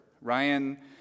Ryan